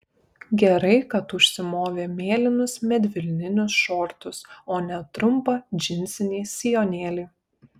gerai kad užsimovė mėlynus medvilninius šortus o ne trumpą džinsinį sijonėlį